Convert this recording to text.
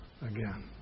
again